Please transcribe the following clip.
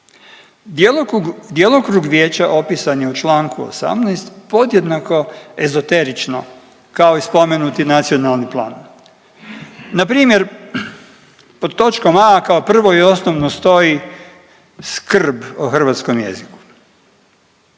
djelokrug vijeća opisan je u Članku 18. podjednako ezoterično kao i spomenuti nacionalni plan. Npr. pod točkom a) kao prvo i osnovno stoji skrb o hrvatskom jeziku.